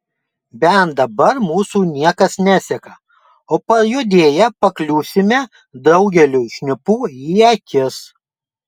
bent dabar mūsų niekas neseka o pajudėję pakliūsime daugeliui šnipų į akis